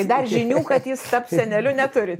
dar žinių kad jis taps seneliu neturi